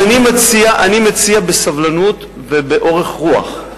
אז אני מציע בסבלנות ובאורך רוח.